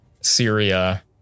Syria